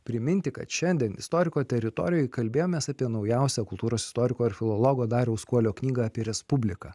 priminti kad šiandien istoriko teritorijoj kalbėjomės apie naujausią kultūros istoriko ir filologo dariaus kuolio knygą apie respubliką